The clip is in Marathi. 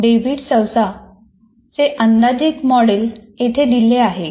डेव्हिड सौसा चे अंदाजित मॉडेल येथे दिले आहे